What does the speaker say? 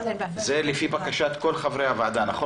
זה לפי בקשת כל חברי הוועדה, נכון?